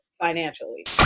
financially